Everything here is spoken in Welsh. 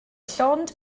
llond